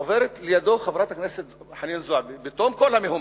עוברת לידו חברת הכנסת חנין זועבי בתום כל המהומה,